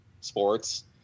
sports